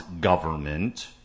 government